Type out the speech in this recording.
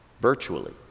virtually